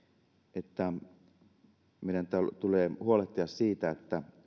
että meidän tulee huolehtia siitä että